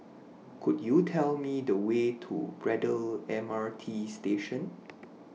Could YOU Tell Me The Way to Braddell M R T Station